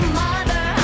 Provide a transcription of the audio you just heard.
mother